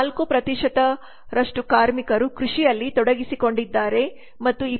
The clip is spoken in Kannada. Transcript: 4 ಕಾರ್ಮಿಕರು ಕೃಷಿಯಲ್ಲಿ ತೊಡಗಿಸಿಕೊಂಡಿದ್ದಾರೆ ಮತ್ತು 22